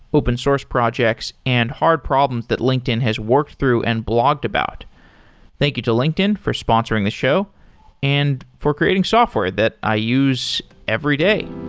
open source projects and hard problems that linkedin has worked through and blogged about thank you to linkedin for sponsoring the show and for creating software that i use every day